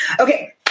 Okay